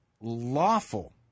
lawful